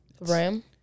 RAM